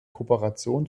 kooperation